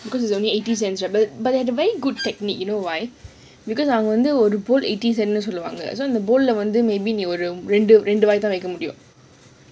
because is only eighty cents but they have a very good technique you know why because ஒரு ball ball eighty cents சொல்லுவாங்க ரெண்டு வாய் தான் வெக்க முடியும்:solluwaanga rendu waaai thaan wekka mudiyum